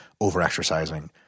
over-exercising